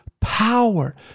power